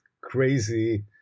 crazy